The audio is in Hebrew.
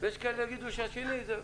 יש כאלה שיגידו שהשני זה.